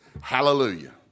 Hallelujah